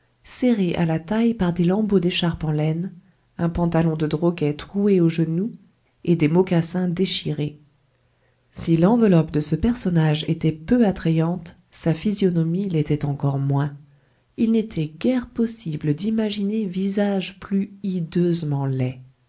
serrée à la taille par des lambeaux d'écharpe en laine un pantalon de droguet troué aux genoux et des mocassins déchirés si l'enveloppe de ce personnage était peu attrayante sa physionomie l'était encore moins il n'était guère possible d'imaginer visage plus hideusement laid